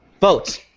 vote